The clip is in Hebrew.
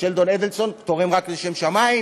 ושלדון אדלסון תורם רק לשם שמים,